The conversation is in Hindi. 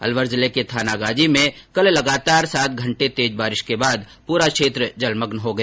अलवर जिले के थानागाजी में कल लगातार सात घंटे तेज बारिश के बाद पूरा क्षेत्र जलमग्न हो गया